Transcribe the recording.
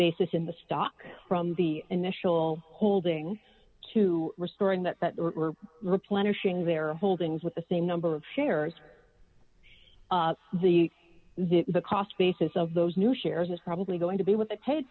basis in the stock from the initial holding to restoring that that were replenishing their holdings with the same number of shares the the the cost basis of those new shares is probably going to be with the paid